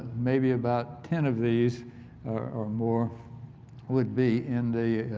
maybe about ten of these or more would be in the